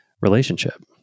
relationship